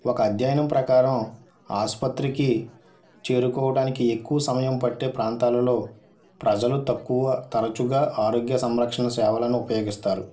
ఒక అధ్యయనం ప్రకారం ఆస్పత్రికి చేరుకోవడానికి ఎక్కువ సమయం పట్టే ప్రాంతాలలో ప్రజలు తక్కువ తరచుగా ఆరోగ్య సంరక్షణసేవలను ఉపయోగిస్తారు